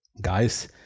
guys